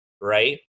right